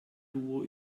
duo